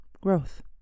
growth